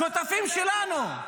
שותפים שלנו.